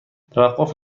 توقف